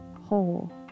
whole